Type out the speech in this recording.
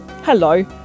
Hello